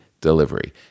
delivery